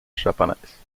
japonaise